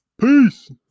Peace